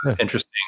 Interesting